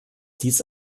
dies